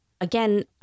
Again